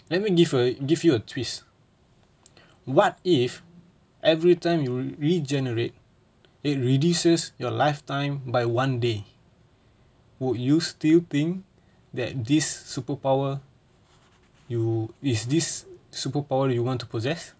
let me give a give you a twist what if every time you regenerate it reduces your lifetime by one day would you still think that this superpower you is this superpower you want to possess